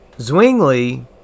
zwingli